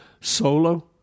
solo